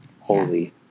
holy